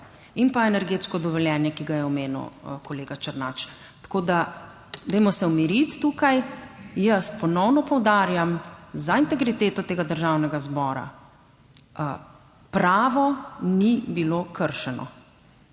in pa energetsko dovoljenje, ki ga je omenil kolega Černač. Tako da dajmo se umiriti tukaj. Jaz ponovno poudarjam za integriteto tega Državnega zbora pravo ni bilo kršeno